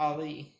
Ali